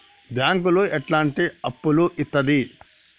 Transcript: బ్యాంకులు ఎట్లాంటి అప్పులు ఇత్తది?